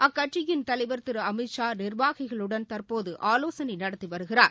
அக்கட்சியின் தலைவர் திருஅமித்ஷா நிர்வாகிகளுடன் தற்போதுஆவோசனைநடத்திவருகிறார்